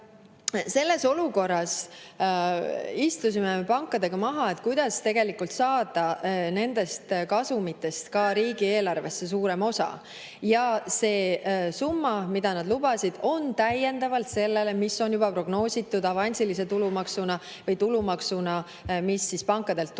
Selles olukorras istusime pankadega maha, et [arutada,] kuidas saada nendest kasumitest ka riigieelarvesse suurema osa. See summa, mida nad lubasid, on täiendavalt sellele, mis on juba prognoositud avansilise tulumaksuna või tulumaksuna, mis pankadelt tuleb.